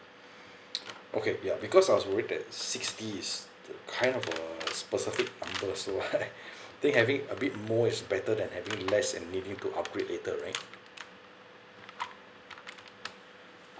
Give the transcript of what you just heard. okay ya because I was worry that sixty is kind of uh specific number so I think having a bit more is better than having less and needing to upgrade later right